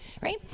right